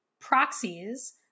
proxies